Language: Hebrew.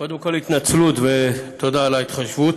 קודם כול התנצלות ותודה על ההתחשבות.